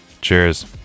Cheers